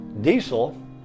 diesel